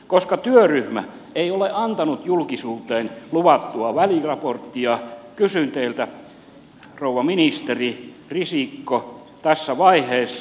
koska työryhmä ei ole antanut julkisuuteen luvattua väliraporttia kysyn teiltä rouva ministeri risikko tässä vaiheessa